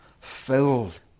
filled